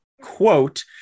quote